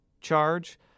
charge